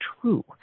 true